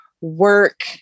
work